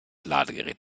ladegerät